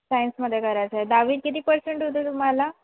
सायन्समध्ये करायचं आहे दहावीत किती पर्सेंट होते तुम्हाला